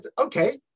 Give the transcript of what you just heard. okay